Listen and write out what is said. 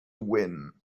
win